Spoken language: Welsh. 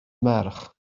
merch